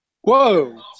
whoa